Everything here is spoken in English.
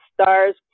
stars